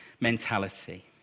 mentality